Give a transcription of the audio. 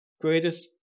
greatest